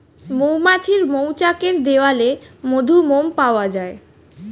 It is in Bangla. মৌমাছির মৌচাকের দেয়ালে মধু, মোম পাওয়া যায়